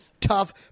tough